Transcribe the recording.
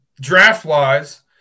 Draft-wise